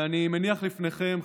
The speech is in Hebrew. ואני מניח לפניכם,